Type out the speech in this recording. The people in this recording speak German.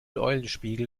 eulenspiegel